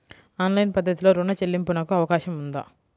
Online పద్ధతిలో రుణ చెల్లింపునకు అవకాశం ఉందా?